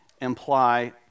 imply